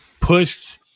pushed